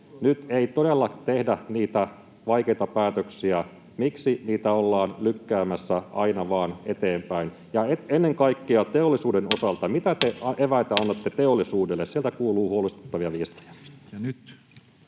nyt ei todella tehdä niitä vaikeita päätöksiä? Miksi niitä ollaan lykkäämässä aina vaan eteenpäin ja ennen kaikkea teollisuuden osalta? Mitä eväitä te annatte teollisuudelle? Sieltä kuuluu huolestuttavia viestejä.